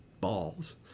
balls